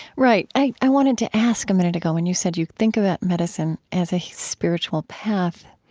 right. i i wanted to ask a minute ago when you said you think about medicine as a spiritual path,